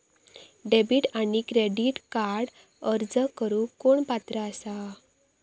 Debit आणि credit कार्डक अर्ज करुक कोण पात्र आसा?